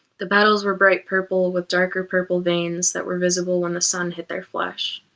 the petals were bright purple with darker purple veins that were visible when the sun hit their flesh.